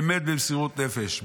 באמת במסירות נפש,